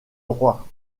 roi